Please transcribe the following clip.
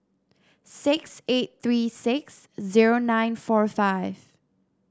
six eight three six zero nine four five